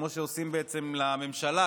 כמו שעושים בעצם לממשלה,